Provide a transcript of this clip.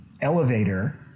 elevator